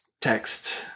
text